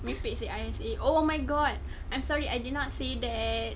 mimpi seh I_S_A oh my god I'm sorry I did not say that